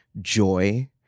joy